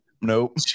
Nope